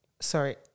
sorry